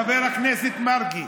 חבר הכנסת מרגי.